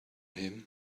him